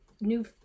new